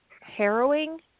harrowing